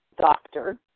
doctor